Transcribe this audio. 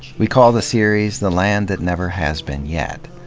we call the series, the land that never has been yet.